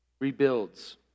rebuilds